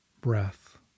breath